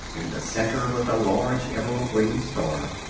in the center was a large emerald-green star,